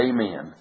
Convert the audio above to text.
Amen